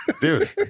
Dude